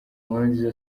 nkurunziza